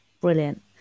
brilliant